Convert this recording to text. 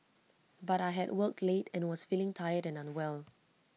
but I had worked late and was feeling tired and unwell